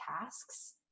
tasks